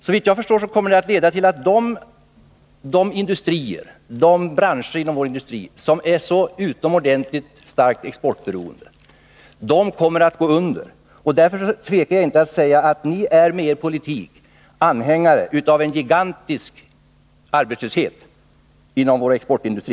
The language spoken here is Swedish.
Såvitt jag förstår till att de branscher inom vår industri som är utomordentligt starkt exportberoende kommer att gå under. Därför tvekar jag inte att säga att ni med er politik är anhängare av en gigantisk arbetslöshet inom vår exportindustri.